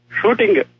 Shooting